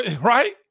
Right